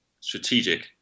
strategic